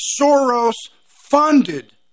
Soros-funded